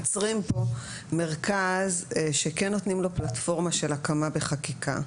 מייצרים פה מרכז שכן נותנים לו פלטפורמה של הקמה בחקיקה,